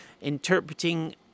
interpreting